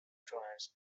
trance